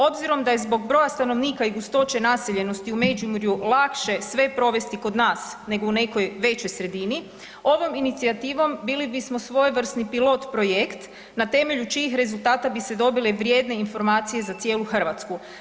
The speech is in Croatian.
Obzirom da je zbog broja stanovnika i gustoće naseljenosti u Međimurju lakše sve provesti kod nas nego u nekoj većoj sredini ovom inicijativom bili bismo svojevrsni pilot projekt na temelju čijih rezultata bi se dobile vrijedne informacije za cijelu Hrvatsku.